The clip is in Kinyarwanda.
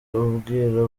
ubwira